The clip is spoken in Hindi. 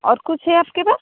और कुछ है आपके पास